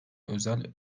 özel